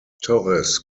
torres